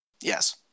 yes